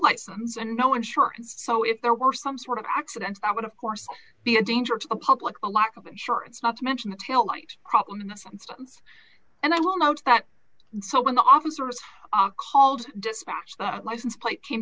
license and no insurance so if there were some sort of accident i would of course be a danger to the public a lack of insurance not to mention the taillight problem and i will note that so when the officers called dispatch the license plate came